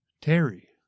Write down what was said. Terry